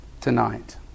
tonight